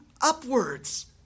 upwards